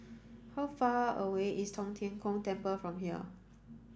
how far away is Tong Tien Kung Temple from here